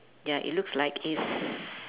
ya it looks like it's